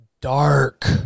dark